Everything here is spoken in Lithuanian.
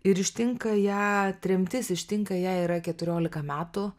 ir ištinka ją tremtis ištinka jai yra keturiolika metų